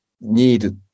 need